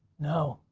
no,